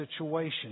situation